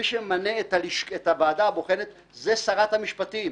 מי שממנה את הוועדה הבוחנת זו שרת המשפטים.